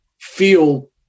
feel